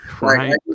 Right